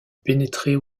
pénétrer